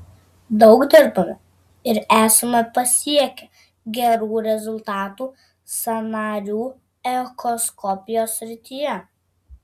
daug dirbame ir esame pasiekę gerų rezultatų sąnarių echoskopijos srityje